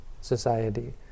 society